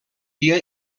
dia